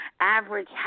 average